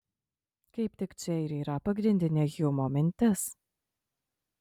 kaip tik čia ir yra pagrindinė hjumo mintis